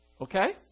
Okay